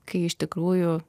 kai iš tikrųjų